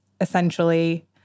essentially